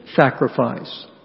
sacrifice